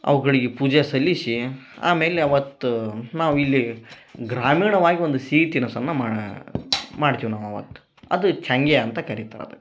ಅವುಗಳಿಗೆ ಪೂಜೆ ಸಲ್ಲಿಸಿ ಆಮೇಲೆ ಅವತ್ತು ನಾವು ಇಲ್ಲಿ ಗ್ರಾಮೀಣವಾಗಿ ಒಂದು ಸೀತಿ ರಸನ್ನ ಮಾಡ್ತಿವಿ ನಾವು ಅವತ್ತ ಅದು ಚಂಗ್ಯ ಅಂತ ಕರಿತಾರ ಅದಕ್ಕ